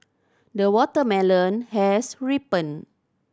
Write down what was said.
the watermelon has ripened